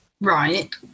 Right